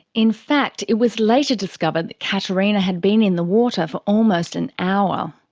in fact it was later discovered that caterina had been in the water for almost an hour.